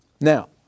Now